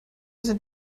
sind